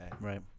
Right